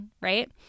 right